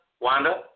Wanda